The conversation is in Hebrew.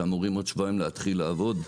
שאמורים עוד שבועיים להתחיל לעבוד,